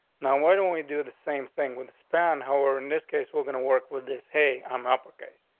now, why don't we do the same thing with span? however, in this case, we're gonna work with this. hey, i'm uppercase.